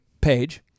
Page